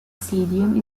stadium